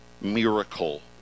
miracle